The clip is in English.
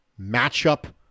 matchup